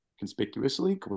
conspicuously